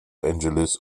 angeles